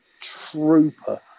trooper